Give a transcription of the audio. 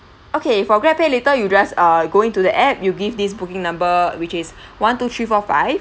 okay for grabpay later you just err go in to the app you give this booking number which is one two three four five